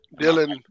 Dylan